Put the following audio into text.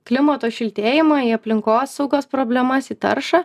klimato šiltėjimo į aplinkosaugos problemas į taršą